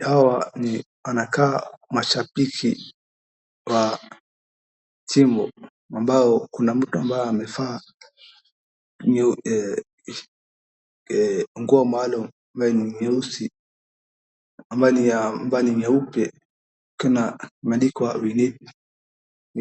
Hawa wanakaa mashabiki wa timu, ambapo kuna mtu ambaye amevaa nguo maalamu nyeupe imeandikwa we